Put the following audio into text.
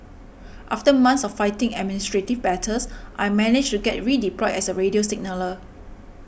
after months of fighting administrative battles I managed to get redeployed as a radio signaller